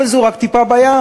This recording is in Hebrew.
אבל זו רק טיפה בים,